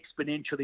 exponentially